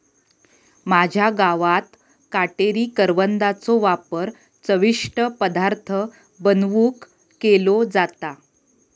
माझ्या गावात काटेरी करवंदाचो वापर चविष्ट पदार्थ बनवुक केलो जाता